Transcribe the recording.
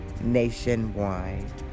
nationwide